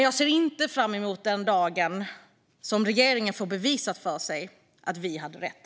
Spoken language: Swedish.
Jag ser inte fram emot den dagen då regeringen får bevisat för sig att vi hade rätt.